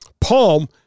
palm